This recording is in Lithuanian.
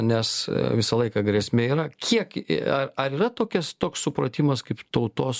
nes visą laiką grėsmė yra kiek ar ar yra tokias toks supratimas kaip tautos